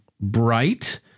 bright